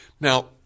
Now